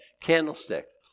candlesticks